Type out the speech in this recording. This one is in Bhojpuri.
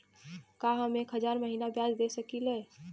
का हम एक हज़ार महीना ब्याज दे सकील?